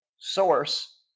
source